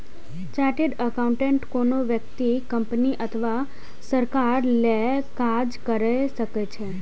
chartered accountant कोनो व्यक्ति, company अथवा सरकार लेल काज कैर सकै छै